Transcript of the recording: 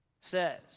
says